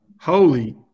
holy